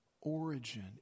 origin